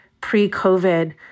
pre-COVID